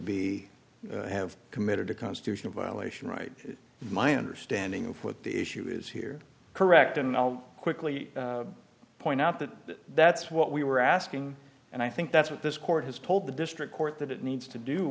be have committed a constitutional violation right my understanding of what the issue is here correct and i'll quickly point out that that's what we were asking and i think that's what this court has told the district court that it needs to do